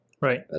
Right